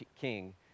King